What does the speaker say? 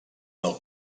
del